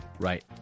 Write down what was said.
Right